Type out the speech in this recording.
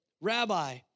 Rabbi